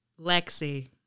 Lexi